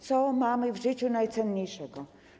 Co mamy w życiu najcenniejszego?